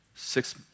Six